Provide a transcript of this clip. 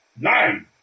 nine